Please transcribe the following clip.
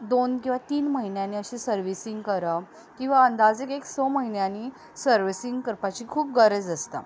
दोन किंवां तीन म्हयन्यांनी अशें सरविसींग करप किंवां अंदाजे एक स म्हयन्यांनी सरविसींग करपाची खूब गरज आसता